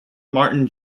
martin